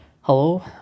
Hello